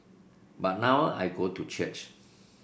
but now I go to church